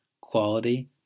Quality